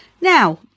now